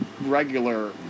regular